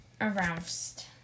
aroused